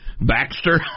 Baxter